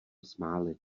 smáli